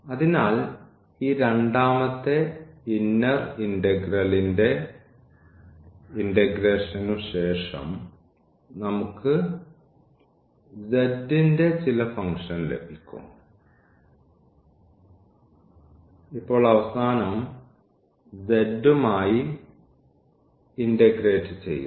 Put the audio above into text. അതിനാൽ ഈ രണ്ടാമത്തെ ഇന്നർ ഇന്റഗ്രലിന്റെ ഇന്റഗ്രേഷനുശേഷം നമുക്ക് z ന്റെ ചില ഫംഗ്ഷൻ ലഭിക്കും ഇപ്പോൾ അവസാനം z യുമായി ഇന്റഗ്രേറ്റ് ചെയ്യുന്നു